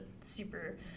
super